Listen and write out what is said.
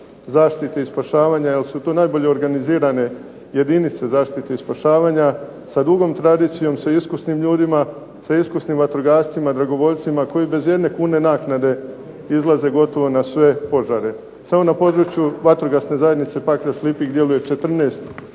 zaštite i spašavanja jer su to najbolje organizirane jedinice zaštite i spašavanja sa dugom tradicijom, sa iskusnim ljudima, sa iskusnim vatrogascima, dragovoljcima koji bez jedne kune naknade izlaze gotovo na sve požare. Samo na području Vatrogasne zajednice Pakrac-Lipik djeluje 14